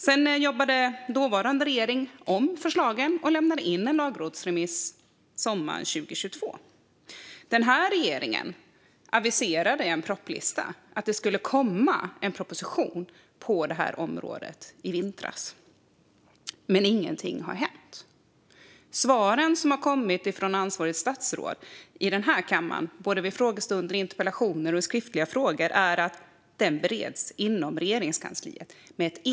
Sedan jobbade dåvarande regering om förslagen och lämnade in en lagrådsremiss sommaren 2022. Denna regering aviserade i en propositionslista att det skulle komma en proposition på området i vintras, men ingenting har hänt. De svar som har kommit från ansvarigt statsråd vid frågestunder här i kammaren och på interpellationer och skriftliga frågor har varit att frågan bereds intensivt inom Regeringskansliet.